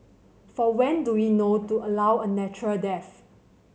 for when do we know to allow a natural death